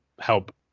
help